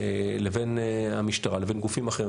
לבין המשטרה לבין גופים אחרים,